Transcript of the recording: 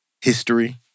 history